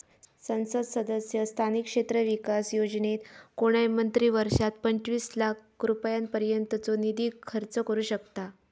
संसद सदस्य स्थानिक क्षेत्र विकास योजनेत कोणय मंत्री वर्षात पंचवीस लाख रुपयांपर्यंतचो निधी खर्च करू शकतां